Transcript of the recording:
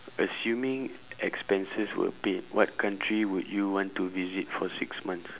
assuming expenses were paid what country would you want to visit for six months